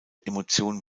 emotion